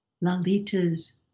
Lalita's